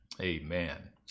Amen